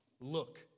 Look